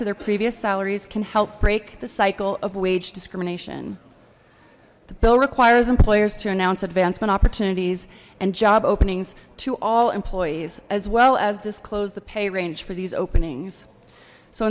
to their previous salaries can help break the cycle of wage discrimination the bill requires employers to announce advancement opportunities and job openings to all employees as well as disclose the pay range for these openings so